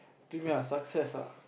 to me ah success ah